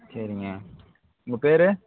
சரிங்க உங்கள் பேர்